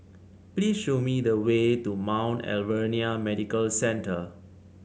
please show me the way to Mount Alvernia Medical Centre